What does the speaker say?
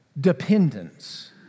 dependence